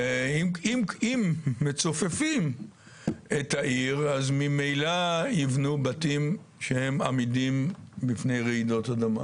אם מצופפים את העיר אז ממילא יבנו בתים שהם עמידים בפני רעידות אדמה.